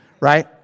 right